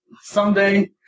Someday